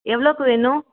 எவ்வளோக்கு வேணும்